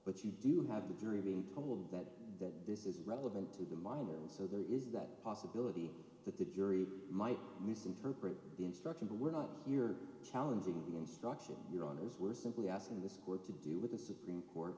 but you do have the jury being told that that this is relevant to the monitor so there is that possibility that the jury might misinterpret the instruction but we're not here challenging the instruction your honor as we're simply asking this court to deal with the supreme court